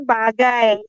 bagay